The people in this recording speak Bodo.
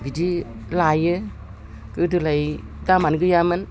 बिदि लायो गोदोलाय दामानो गैयामोन